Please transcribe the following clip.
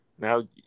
Now